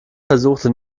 versuchte